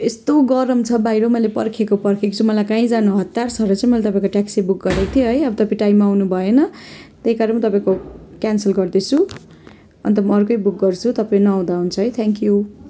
यस्तो गरम छ बाहिर मैले पर्खेको पर्खैछु मलाई कहीँ जानु हत्तार छ र चाहिँ मैले तपाईँको ट्याक्सी बुक गरेको थिएँ है अब तपाईँ टाइममा आउनुभएन त्यही कारण तपाईँको क्यान्सल गर्दैछु अन्त म अर्कै बुक गर्छु तपाईँ नआउँदा हुन्छ है थ्याङ्क यू